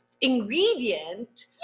ingredient